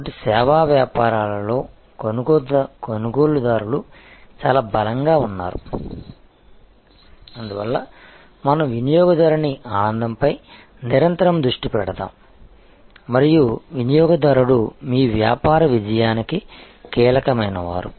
కాబట్టి సేవా వ్యాపారాలలో కొనుగోలుదారులు చాలా బలంగా ఉన్నారు అందువల్ల మనం వినియోగదారుని ఆనందంపై నిరంతరం దృష్టి పెడతాము మరియు వినియోగదారుడు మీ వ్యాపార విజయానికి కీలకమైన వారు